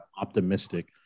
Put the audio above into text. optimistic